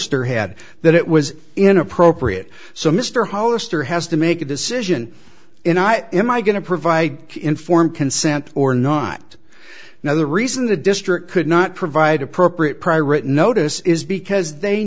er had that it was inappropriate so mr hollister has to make a decision in i am i going to provide informed consent or not now the reason the district could not provide appropriate prior written notice is because they